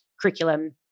curriculum